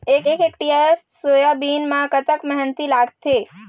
एक hectare soybean म कतक मेहनती लागथे?